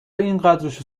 اینقدرشو